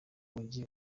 mujyi